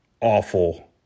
awful